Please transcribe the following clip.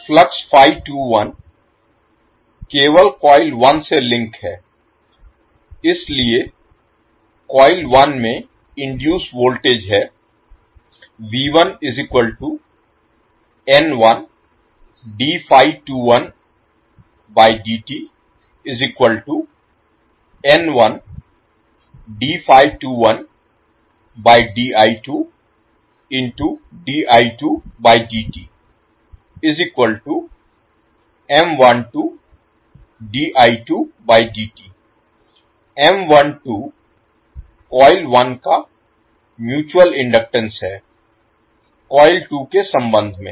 flux केवल coil 1 से link है इसलिए कॉइल 1 में इनडुइस वोल्टेज है कॉइल 1 का म्यूच्यूअल इनडक्टेंस है कॉइल 2 के संबंध में